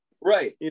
right